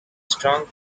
strong